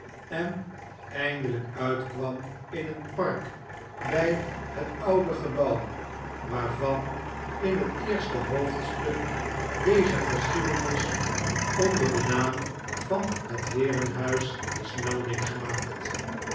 en eindelijk uitkwam in een park bij het oude gebouw waarvan in het eerste hoofdstuk dezer geschiedenis onder den naam van het heer en huis is melding gemaakt